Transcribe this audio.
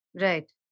Right